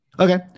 Okay